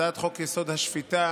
הצעת חוק-יסוד: השפיטה